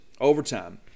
overtime